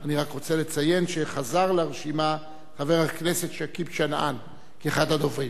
אני רק רוצה לציין שחזר לרשימה חבר הכנסת שכיב שנאן כאחד הדוברים.